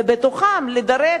ובתוכם לדרג,